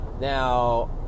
Now